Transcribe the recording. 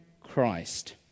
Christ